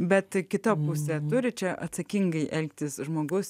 bet kita musė turi čia atsakingai elgtis žmogaus